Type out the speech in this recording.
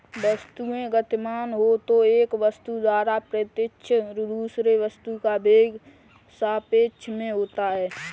वस्तुएं गतिमान हो तो एक वस्तु द्वारा प्रेक्षित दूसरे वस्तु का वेग सापेक्ष में होता है